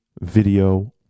video